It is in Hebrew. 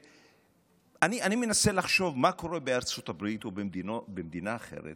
אני מנסה לחשוב מה קורה בארצות הברית או במדינה אחרת